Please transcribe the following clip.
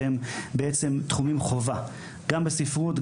שהם תחומי חובה: ספרות,